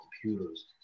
computers